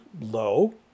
low